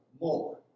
more